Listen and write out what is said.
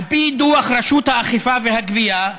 על פי דוח רשות האכיפה והגבייה,